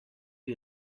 you